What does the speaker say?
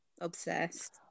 obsessed